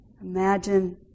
imagine